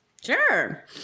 sure